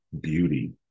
beauty